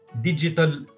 digital